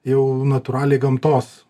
jau natūraliai gamtos